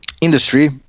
industry